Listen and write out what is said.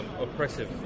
oppressive